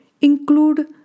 Include